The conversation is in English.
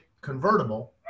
convertible